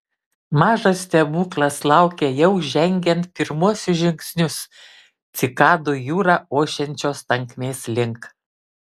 mažas stebuklas laukė jau žengiant pirmuosius žingsnius cikadų jūra ošiančios tankmės link